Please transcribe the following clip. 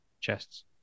chests